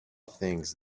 things